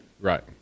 Right